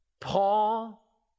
Paul